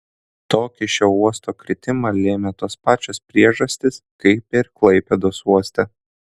tokį šio uosto kritimą lėmė tos pačios priežastys kaip ir klaipėdos uoste